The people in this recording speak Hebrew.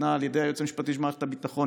שניתנה על ידי היועץ המשפטי של מערכת הביטחון,